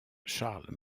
charles